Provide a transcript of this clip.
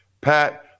Pat